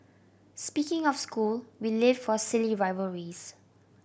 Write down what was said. speaking of school we live for silly rivalries